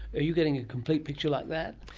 are you getting a complete picture like that?